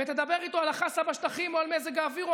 ותדבר איתו על החסה בשטחים או על מזג האוויר או